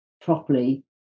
properly